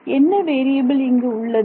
எனவே என்ன வேறியபில் இங்கு உள்ளது